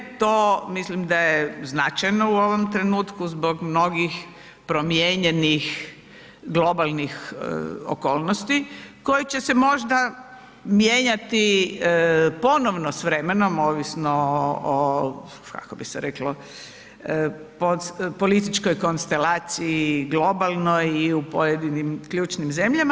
To mislim da je značajno u ovom trenutku zbog mnogih promijenjenih globalnih okolnosti koje će se možda mijenjati ponovno s vremenom ovisno o, kako bi se reklo, političkoj konstelaciji, globalnoj i u pojedinim ključnim zemljama.